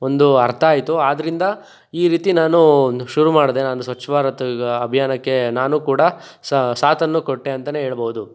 ಒಂದು ಅರ್ಥ ಆಯಿತು ಆದ್ರಿಂದ ಈ ರೀತಿ ನಾನು ಒಂದು ಶುರು ಮಾಡಿದೆ ನಂದು ಸ್ವಚ್ ಭಾರತ ಅಭಿಯಾನಕ್ಕೆ ನಾನು ಕೂಡ ಸಾತನ್ನು ಕೊಟ್ಟೆ ಅಂತ ಹೇಳ್ಬೋದು